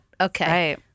Okay